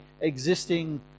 existing